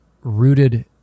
rooted